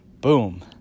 Boom